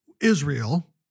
Israel